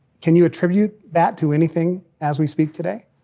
can you attribute that to anything as we speak today?